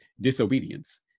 disobedience